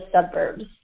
suburbs